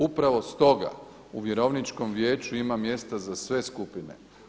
Upravo stoga u vjerovničkom vijeću ima mjesta za sve skupine.